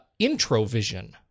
IntroVision